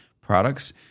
products